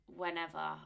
whenever